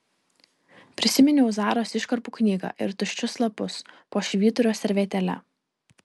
prisiminiau zaros iškarpų knygą ir tuščius lapus po švyturio servetėle